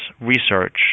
research